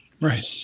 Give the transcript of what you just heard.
Right